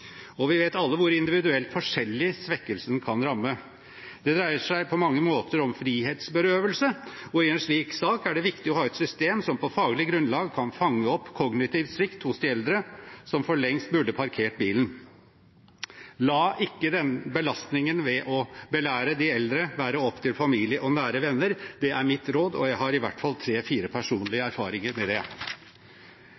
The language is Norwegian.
og vi vet alle hvor individuelt forskjellig svekkelsen kan ramme. Det dreier seg på mange måter om frihetsberøvelse, og i en slik sak er det viktig å ha et system som på faglig grunnlag kan fange opp kognitiv svikt hos de eldre som for lengst burde parkert bilen. La ikke den belastningen ved å belære de eldre være opp til familie og nære venner. Det er mitt råd, og jeg har i hvert fall tre–fire personlige